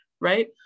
right